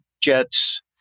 jets